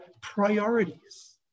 priorities